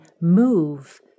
move